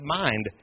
mind